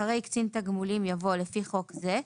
אחרי "קצין תגמולים" יבוא "לפי חוק זה,